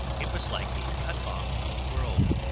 it was like being cut off from the world,